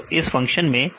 तो इस फंक्शन में